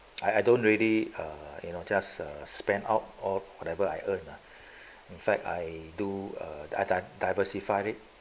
I I don't really uh you know just uh spend out of whatever I earn ah in fact I do err diversified it